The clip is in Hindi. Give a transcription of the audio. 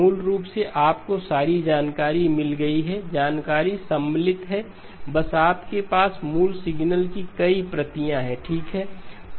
मूल रूप से आपको सारी जानकारी मिल गई है जानकारी सम्मिलित है बस आपके पास मूल सिग्नल की कई प्रतियां हैं ठीक है